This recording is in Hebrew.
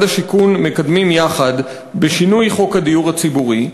השיכון מקדמים יחד לשינוי חוק הדיור הציבורי.